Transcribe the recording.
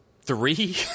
three